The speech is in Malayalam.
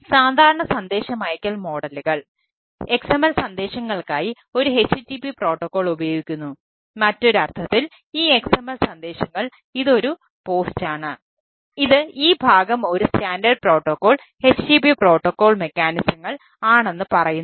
സാധാരണ സന്ദേശമയയ്ക്കൽ മോഡലുകൾ ആണെന്ന് പറയുന്നു